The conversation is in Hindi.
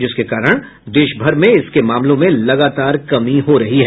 जिसके कारण देश भर में इसके मामलों में लगातार कमी हो रही है